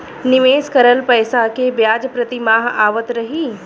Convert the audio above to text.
निवेश करल पैसा के ब्याज प्रति महीना आवत रही?